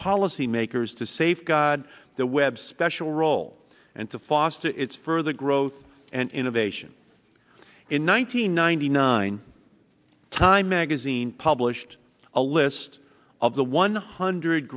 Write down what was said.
policymakers to safeguard the web special role and to foster its further growth and innovation in one nine hundred ninety nine time magazine published a list of the one hundred